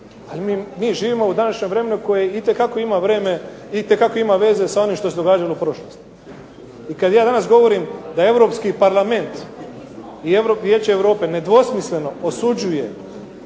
Ali mi živimo u današnjem vremenu koje itekako ima veze sa onim što se događalo u prošlosti. I kad ja danas govorim da Europski parlament i Vijeće Europe nedvosmisleno osuđuje